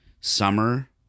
summer